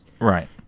Right